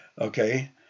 Okay